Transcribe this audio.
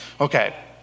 Okay